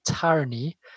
tyranny